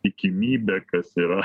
tikimybė kas yra